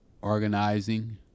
organizing